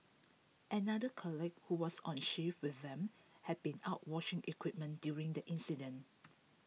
another colleague who was on shift with them had been out washing equipment during the incident